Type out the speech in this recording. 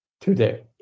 today